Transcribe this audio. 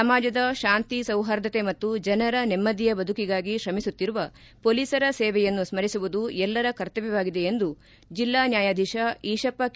ಸಮಾಜದ ಶಾಂತಿ ಸೌರ್ಹಾದತೆ ಮತ್ತು ಜನರ ನೆಮ್ದಿಯ ಬದುಕಿಗಾಗಿ ಶ್ರಮಿಸುತ್ತಿರುವ ಮೊಲೀಸರ ಸೇವೆಯನ್ನು ಸ್ಪರಿಸುವುದು ಎಲ್ಲರ ಕರ್ತಮ್ನವಾಗಿದೆ ಎಂದು ಜಿಲ್ಲಾ ನ್ವಾಯಾಧೀಶ ಈಶಪ್ಪ ಕೆ